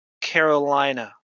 Carolina